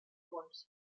force